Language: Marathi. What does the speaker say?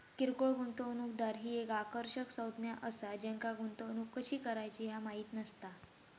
किरकोळ गुंतवणूकदार ही एक आकर्षक संज्ञा असा ज्यांका गुंतवणूक कशी करायची ह्या माहित नसता